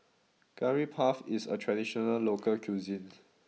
Curry Puff is a traditional local cuisine